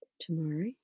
tomorrow